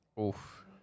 Oof